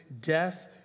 Death